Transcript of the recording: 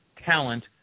talent